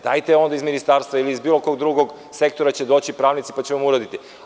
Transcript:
Dajte onda iz Ministarstva ili iz bilo kog drugog sektora će doći pravnici pa će vam oni uraditi.